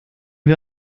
wir